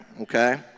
okay